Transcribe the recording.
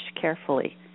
carefully